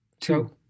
two